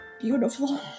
beautiful